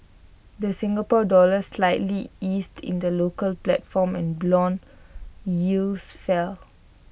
the Singapore dollar slightly eased in the local platform and Bond yields fell